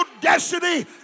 destiny